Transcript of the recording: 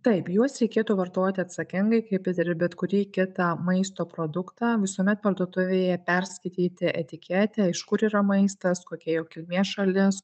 taip juos reikėtų vartoti atsakingai kaip ir bet kurį kitą maisto produktą visuomet parduotuvėje perskaityti etiketę iš kur yra maistas kokia jo kilmės šalies